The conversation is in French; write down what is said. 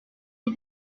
les